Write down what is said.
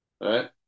right